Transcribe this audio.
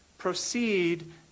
Proceed